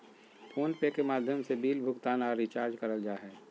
phone पे के माध्यम से बिल भुगतान आर रिचार्ज करल जा हय